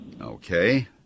Okay